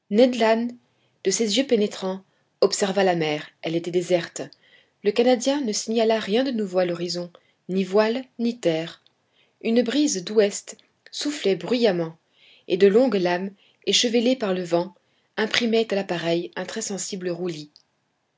de ses yeux pénétrants observa la mer elle était déserte le canadien ne signala rien de nouveau à l'horizon ni voile ni terre une brise d'ouest soufflait bruyamment et de longues lames échevelées par le vent imprimaient à l'appareil un très sensible roulis